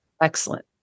Excellent